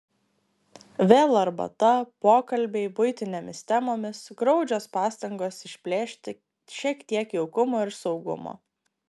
vėl arbata pokalbiai buitinėmis temomis graudžios pastangos išplėšti šiek tiek jaukumo ir saugumo